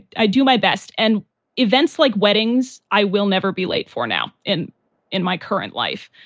i do my best and events like weddings. i will never be late for now. and in my current life,